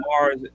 Mars